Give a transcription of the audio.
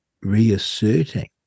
reasserting